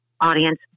audience